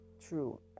true